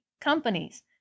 companies